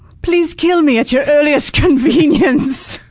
please kill me at your earliest convenience.